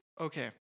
Okay